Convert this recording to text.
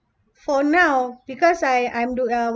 for now because I I'm do uh